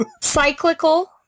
cyclical